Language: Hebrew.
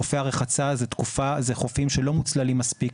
חופי הרחצה זו תקופה, זה חופים שלא מוצללים מספיק.